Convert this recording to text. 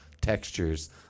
textures